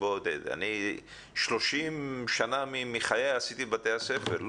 30 שנה מחיי עשיתי בבתי הספר.